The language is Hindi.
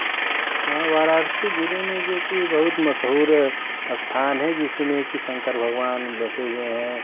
हाँ वाराणसी जिले में जो कि बहुत मशहूर स्थान है जिसमें कि शंकर भगवान बसे हुए हैं